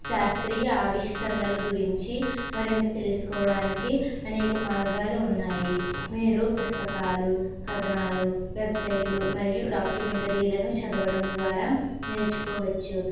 శాస్త్రీయ ఆవిష్కరణలు గురించి మరింత తెలుసుకోవడానికి అనేక మార్గాలు ఉన్నాయి మీరు పుస్తకాలు కథనాలు వెబ్సైట్లు మరియు డాక్యుమెంటరీలను చదవటం ద్వారా నేర్చుకోవచ్చు